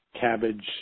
cabbage